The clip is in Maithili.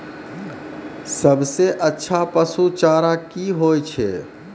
सबसे अच्छा पसु चारा की होय छै?